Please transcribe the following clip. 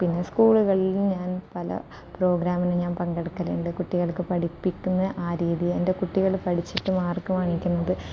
പിന്നെ സ്കൂളുകളിൽ ഞാൻ പല പ്രോഗ്രാമിനും ഞാൻ പങ്കെടുക്കലുണ്ട് കുട്ടികൾക്ക് പഠിപ്പിക്കുന്ന ആ രീതി എൻ്റെ കുട്ടികൾ പഠിച്ചിട്ട് മാർക്ക് വാങ്ങിക്കുന്നത്